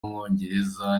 w’umwongereza